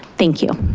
thank you.